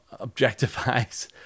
objectifies